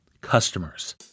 customers